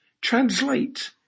translate